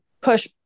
push